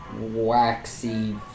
waxy